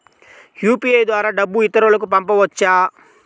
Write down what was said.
UPI ద్వారా డబ్బు ఇతరులకు పంపవచ్చ?